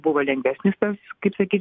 buvo lengvesnis tas kaip sakyt